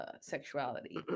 sexuality